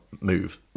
move